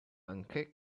anche